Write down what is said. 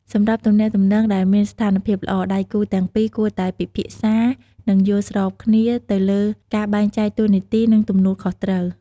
សម្រាប់ទំនាក់ទំនងដែលមានស្ថានភាពល្អ ដៃគូទាំងពីរគួរតែ ពិភាក្សា និងយល់ស្របគ្នា ទៅលើការបែងចែកតួនាទី និងទំនួលខុសត្រូវ។